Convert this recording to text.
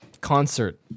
concert